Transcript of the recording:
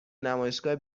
نمایشگاه